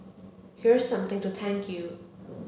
here's something to thank you